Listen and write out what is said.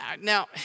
Now